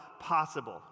possible